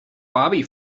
bobby